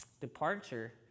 departure